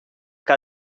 que